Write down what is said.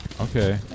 Okay